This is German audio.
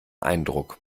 eindruck